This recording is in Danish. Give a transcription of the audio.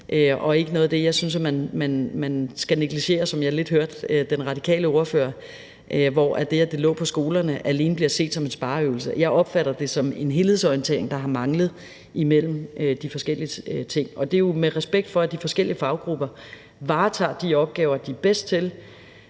og ikke noget, som jeg synes at man skal negligere, som jeg lidt hørte fra den radikale ordfører, altså hvor det, at det ligger på skolerne, alene bliver set som en spareøvelse. Jeg opfatter det som en helhedsorientering, der har manglet imellem de forskellige ting, og det er jo med respekt for, at de forskellige faggrupper varetager de opgaver, de er bedst til.